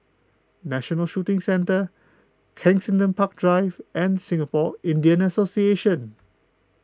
National Shooting Centre Kensington Park Drive and Singapore Indian Association